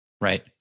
right